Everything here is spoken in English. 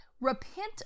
repent